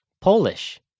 Polish